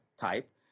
type